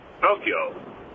Tokyo